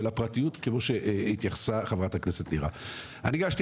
ולפרטיות כמו שהתייחסה חברת הכנסת נירה: הגשתי